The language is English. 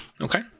Okay